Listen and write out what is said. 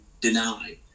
deny